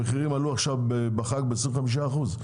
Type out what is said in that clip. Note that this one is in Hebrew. המחירים עכשיו בחג עלו ב-25 אחוזים.